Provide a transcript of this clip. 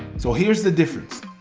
so here's the difference.